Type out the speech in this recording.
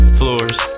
floors